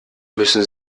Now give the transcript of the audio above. müssen